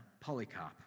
Polycarp